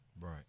Right